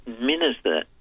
minister